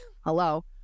Hello